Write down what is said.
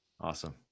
awesome